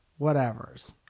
whatevers